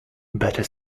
better